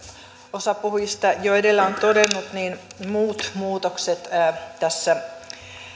osa puhujista jo edellä on todennut muut muutokset tässä